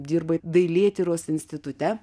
dirbai dailėtyros institute